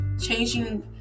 changing